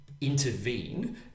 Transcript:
intervene